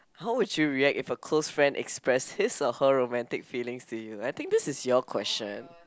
how would you react if your close friend express his or her romantic feelings to you